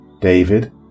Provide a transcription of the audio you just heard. David